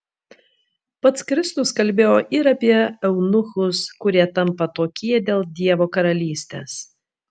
pats kristus kalbėjo ir apie eunuchus kurie tampa tokie dėl dievo karalystės